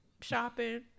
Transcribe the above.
shopping